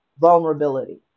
vulnerability